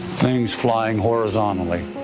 things flying horizontally.